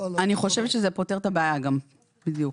אני חושבת שזה פותר את הבעיה גם, בדיוק.